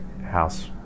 house